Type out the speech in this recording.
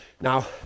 Now